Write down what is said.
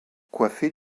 coiffée